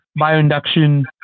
bioinduction